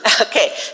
Okay